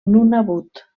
nunavut